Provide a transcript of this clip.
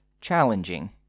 challenging